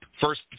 First